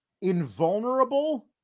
invulnerable